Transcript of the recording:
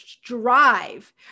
drive